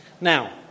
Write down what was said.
Now